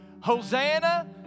Hosanna